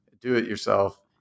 do-it-yourself